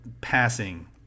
passing